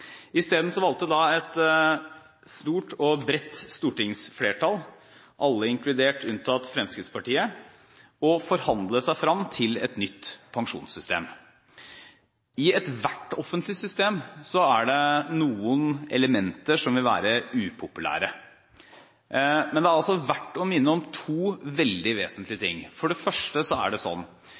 Isteden valgte da et stort og bredt stortingsflertall – alle inkludert unntatt Fremskrittspartiet – å forhandle seg frem til et nytt pensjonssystem. I ethvert offentlig system er det noen elementer som vil være upopulære. Men det er verdt å minne om to veldig vesentlige ting. For det første vil norske pensjonister – uansett hvordan man snur og vender på det